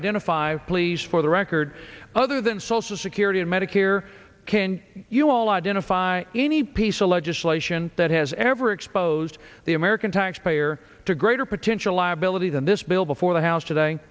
identify please for the record other than social security and medicare can you all identify any piece of legislation that has ever exposed the american taxpayer to greater potential liability than this bill before the house today